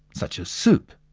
such as soup.